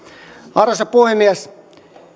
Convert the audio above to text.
arvoisa puhemies